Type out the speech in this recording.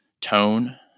tone